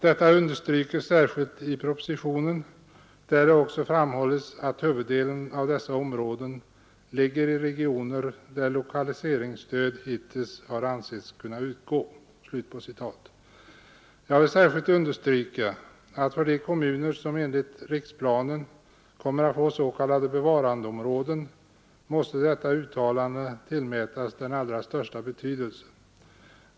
Detta understrykes särskilt i propositionen, där det också framhålls att huvuddelen av dessa områden ligger i regioner där lokaliseringsstöd hittills har ansetts kunna utgå.” Jag vill särskilt understryka att för de kommuner som enligt riksplanen kommer att få s.k. bevarandeområden måste detta uttalande tillmätas den allra största betydelse.